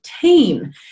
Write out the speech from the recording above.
team